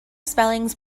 spellings